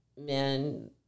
men